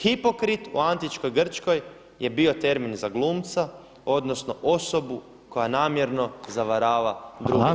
Hipokrit u Antičkoj Grčkoj je bio termin za glumca, odnosno osobu koja namjerno zavarava druge.